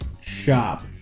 shop